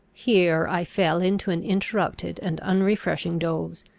here i fell into an interrupted and unrefreshing doze,